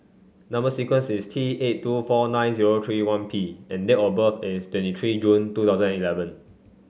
number sequence is T eight two four nine zero three one P and date of birth is twenty three June two thousand eleven